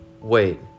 wait